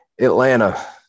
Atlanta